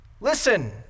Listen